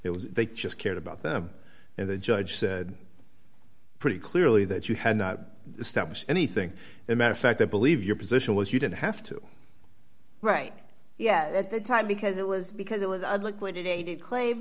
it was they just cared about them and the judge said pretty clearly that you had not establish anything the matter fact i believe your position was you didn't have to right yet at the time because it was because it was liquidated kla